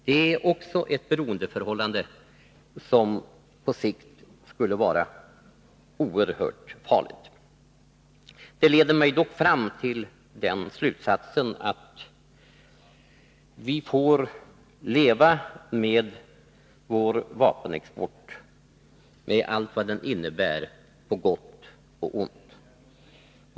Det är också ett beroendeförhållande som på sikt skulle vara oerhört mycket mera farligt. Detta leder mig fram till slutsatsen att vi får leva med vår vapenexport, med allt vad den innebär på gott och ont.